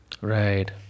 Right